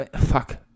fuck –